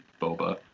Boba